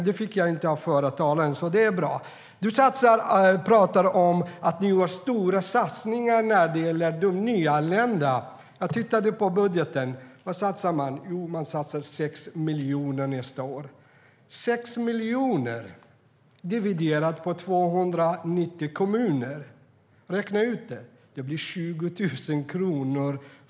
Det fick jag inte av förre talaren. Du talar om att ni gör stora satsningar när det gäller de nyanlända. Jag tittade på budgeten. Vad satsar man? Jo, man satsar 6 miljoner nästa år. 6 miljoner ska fördelas på 290 kommuner. Räkna ut hur mycket det blir!